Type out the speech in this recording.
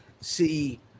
see